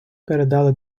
передали